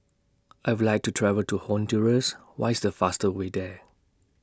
I Would like to travel to Honduras What IS The faster Way There